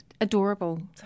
adorable